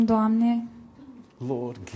Lord